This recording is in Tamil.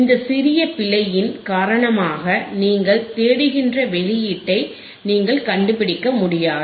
இந்த சிறிய பிழையின் காரணமாக நீங்கள் தேடுகின்ற வெளியீட்டை நீங்கள் கண்டுபிடிக்க முடியாது